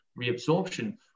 reabsorption